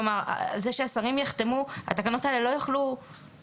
דיברו בקצרה אבל לא נכנסו לעומק הדברים והסוגיה